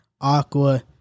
Aqua